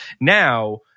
Now